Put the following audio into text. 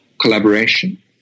collaboration